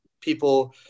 people